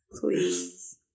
Please